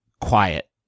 quiet